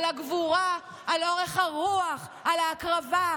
על הגבורה, על אורך הרוח, על ההקרבה.